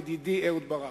ידידי אהוד ברק,